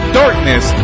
darkness